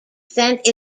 sent